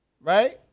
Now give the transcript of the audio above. right